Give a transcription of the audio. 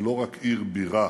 היא לא רק עיר בירה,